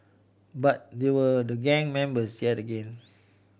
but there were the gang members yet again